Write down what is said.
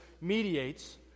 mediates